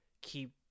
keep –